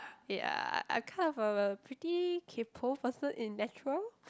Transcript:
ya I kind of a pretty kaypoh person in natural